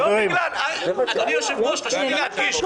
--- אדוני היושב-ראש, חשוב לי להדגיש.